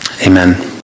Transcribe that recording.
Amen